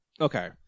okay